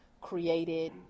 created